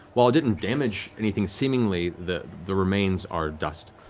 while it didn't damage anything, seemingly, the the remains are dust.